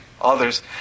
others